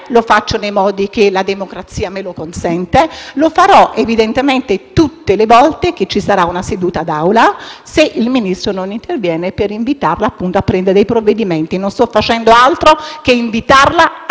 Lo faccio nei modi che la democrazia mi consente e lo farò evidentemente tutte le volte che ci sarà una seduta d'Aula, se il Ministro non interverrà per prendere dei provvedimenti. Non sto facendo altro che invitarla